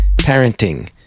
parenting